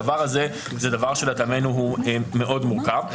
הדבר הזה זה דבר שלטעמנו הוא מאוד מורכב.